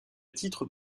titres